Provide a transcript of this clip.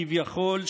כביכול,